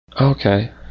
Okay